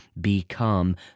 become